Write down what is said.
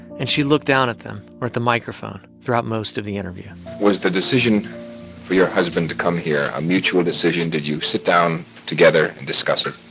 and she looked down at them or at the microphone throughout most of the interview was the decision for your husband to come here a mutual decision? did you sit down together and discuss it?